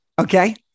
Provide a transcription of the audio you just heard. okay